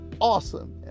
awesome